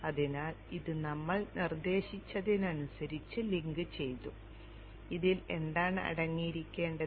അതിനാൽ ഇത് നമ്മൾ നിർദ്ദേശിച്ചതിനനുസരിച്ച് ലിങ്ക് ചെയ്തു ഇതിൽ എന്താണ് അടങ്ങിയിരിക്കേണ്ടത്